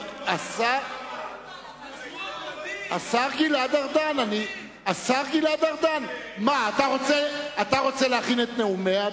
השר גלעד ארדן, אתה רוצה להכין את נאומיה?